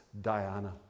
Diana